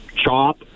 chop